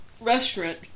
restaurant